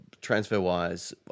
transfer-wise